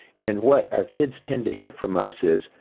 and what our kids tend to hear from us is,